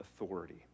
authority